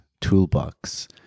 toolbox